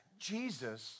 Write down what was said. Jesus